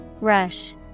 Rush